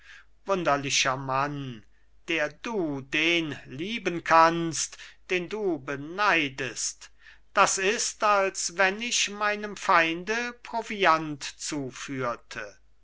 wunderlicher mann der du den lieben kannst den du beneidest das ist als wenn ich meinem feinde proviant zuführte